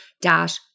dash